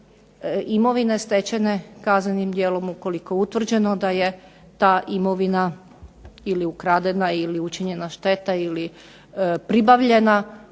imovine stečene kaznenim djelom ukoliko je utvrđen da je ta imovina ili ukradena ili učinjena šteta ili pribavljena, da